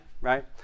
right